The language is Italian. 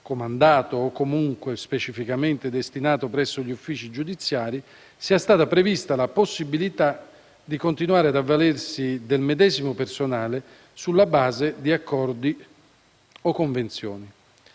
comandato o comunque specificamente destinato presso gli uffici giudiziari, sia stata prevista la possibilità di continuare ad avvalersi del medesimo personale, sulla base di accordi o convenzioni.